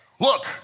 Look